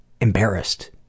embarrassed